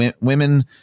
Women